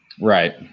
right